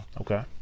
Okay